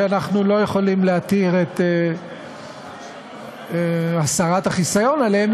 שאנחנו לא יכולים להתיר את הסרת החיסיון עליהם,